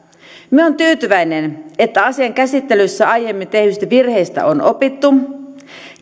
minä olen tyytyväinen että asian käsittelyssä aiemmin tehdyistä virheistä on opittu